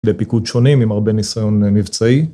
לפיקוד שונים עם הרבה ניסיון מבצעי.